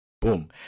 boom